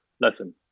lesson